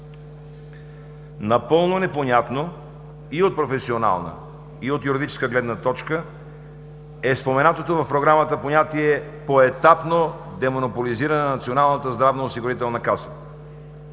Напълно непонятно и от професионална, и от юридическа гледна точка е споменатото в програмата понятие „поетапно демонополизиране на Националната здравноосигурителна каса“.